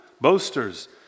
boasters